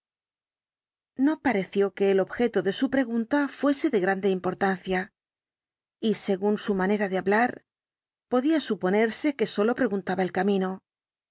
no pareció que el objeto de su pregunta fuese de grande importancia y según su manera de hablar podía suponerse que sólo preguntaba el camino